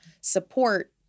support